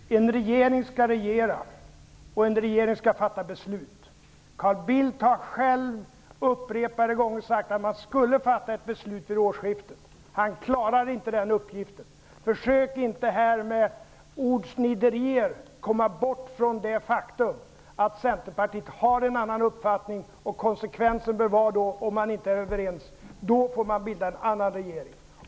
Fru talman! En regering skall regera, Carl Bildt, och en regering skall fatta beslut. Carl Bildt har upprepade gånger själv sagt att ett beslut skulle fattas vid årsskiftet. Han klarade inte den uppgiften. Försök inte här att med ordsniderier komma bort från det faktum att Centerpartiet har en annan uppfattning! Om man inte är överens bör konsekvensen vara att man får bilda en annan regering.